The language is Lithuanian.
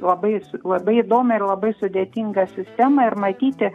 labai labai įdomią ir labai sudėtingą sistemą ir matyti